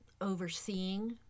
overseeing